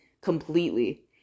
Completely